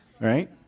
Right